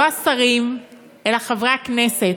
לא השרים, אלא חברי הכנסת.